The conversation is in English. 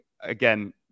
again